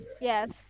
Yes